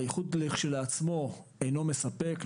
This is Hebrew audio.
האיחוד כשלעצמו אינו מספק,